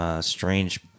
strange